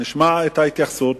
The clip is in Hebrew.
נשמע את ההתייחסות,